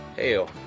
hell